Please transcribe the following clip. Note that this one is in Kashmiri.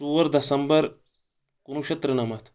ژور دسمبر کُنوُہ شیٚتھ تُرٛنَمَتھ